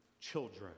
children